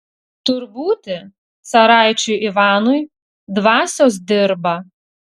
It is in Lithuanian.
tur būti caraičiui ivanui dvasios dirba